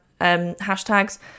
hashtags